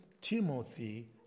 Timothy